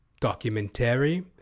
documentary